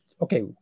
okay